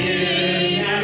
and i